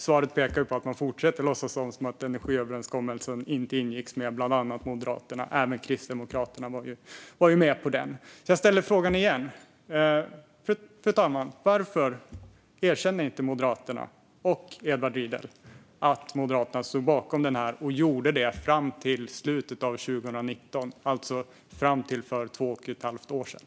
Svaret pekar på att de fortsätter att låtsas som att energiöverenskommelsen inte ingicks med bland annat Moderaterna. Även Kristdemokraterna var med på den. Fru talman! Jag ställer frågan igen. Varför erkänner inte Moderaterna och Edward Riedl att Moderaterna stod bakom den och att de gjorde det fram till slutet av 2019, alltså till för två och ett halvt år sedan?